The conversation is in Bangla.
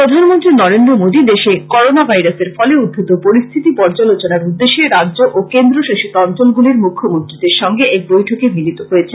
প্রধানমন্ত্রী নরেন্দ্র মোদি দেশে করোনা ভাইরাসের ফলে উদ্ভত পরিস্থিতি পর্যালোচনার উদ্দেশ্যে রাজ্য ও কেন্দ্র শাসিত অঞ্চলগুলির মূখ্যমন্ত্রীদের সঙ্গে এক বৈঠকে মিলিত হয়েছেন